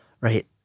right